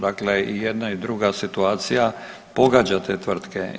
Dakle, i jedna i druga situacija pogađa te tvrtke.